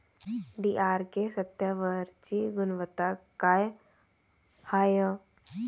DRK सत्यात्तरची गुनवत्ता काय हाय?